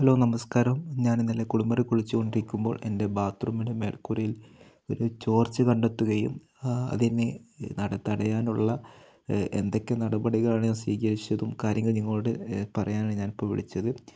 hello നമസ്കാരം ഞാൻ ഇന്നലെ കുളിമുറിയില് കുളിച്ചുകൊണ്ടിരിക്കുമ്പോൾ എൻ്റെ ബാത്റൂമിന്റെ മേൽക്കുരയിൽ ഒരു ചോർച്ച കണ്ടെത്തുകയും അതിനു തടയാനുള്ള എന്തൊക്കെ നടപടികളാണ് ഞാൻ സ്വീകരിച്ചതും കാര്യങ്ങൾ നിങ്ങളോടു പറയാനാണു ഞാനിപ്പോള് വിളിച്ചത്